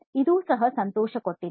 ಇದು ಸಹ ಸಂತೋಷಕೊಟ್ಟಿತ್ತು